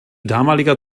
damaliger